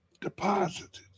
deposited